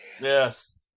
Yes